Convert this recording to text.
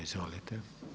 Izvolite.